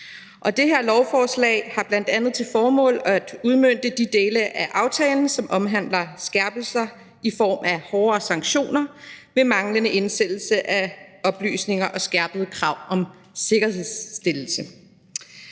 det her lovforslag har bl.a. til formål at udmønte de dele af aftalen, som omhandler skærpelser i form af hårdere sanktioner ved manglende indsendelse af oplysninger og skærpede krav om sikkerhedsstillelse.